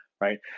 right